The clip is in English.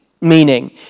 meaning